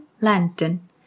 Lantern